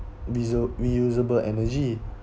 visu~ reusable energy